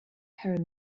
her